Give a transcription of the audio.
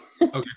Okay